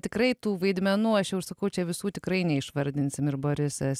tikrai tų vaidmenų aš jau ir sakau čia visų tikrai neišvardinsim ir borisas